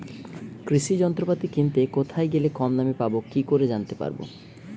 কৃষি যন্ত্রপাতি কিনতে কোথায় গেলে কম দামে পাব কি করে জানতে পারব?